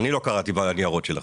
אני לא קראתי את זה בניירות שלכם.